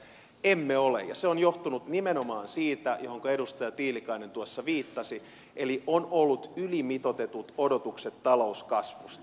emme ole ja se on johtunut nimenomaan siitä johonka edustaja tiilikainen tuossa viittasi eli on ollut ylimitoitetut odotukset talouskasvusta